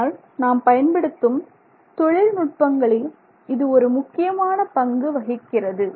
ஆனால் நாம் பயன்படுத்தும் தொழில்நுட்பங்களில் இது ஒரு முக்கியமான பங்கு வகிக்கிறது